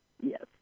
yes